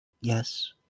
Yes